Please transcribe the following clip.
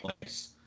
place